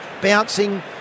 Bouncing